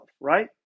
right